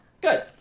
good